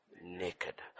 naked